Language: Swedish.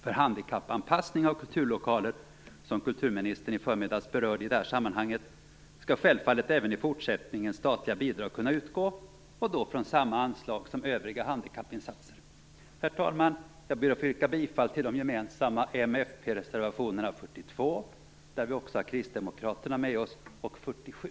För handikappanpassning av kulturlokaler, som kulturministern i förmiddags berörde i det här sammanhanget, skall självfallet även i fortsättningen statliga bidrag kunna utgå och då från samma anslag som övriga handikappinsatser. Herr talman! Jag ber att få yrka bifall till de för m och fp gemensamma reservationerna nr 42, där också kristdemokraterna finns med, och nr 47.